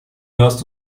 hörst